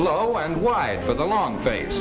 but low and wide for the long face